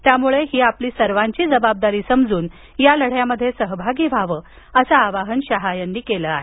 त्यामुळे ही आपली सर्वांची जबाबदारी समजून या लढ्यात सहभागी व्हावं असं आवाहन त्यांनी केलं आहे